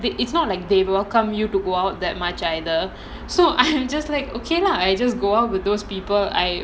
like the it's not like they will welcome you to go out that much either so I'm just like okay lah I just go out with those people I